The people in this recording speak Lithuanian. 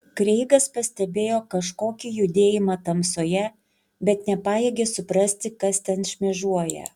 kreigas pastebėjo kažkokį judėjimą tamsoje bet nepajėgė suprasti kas ten šmėžuoja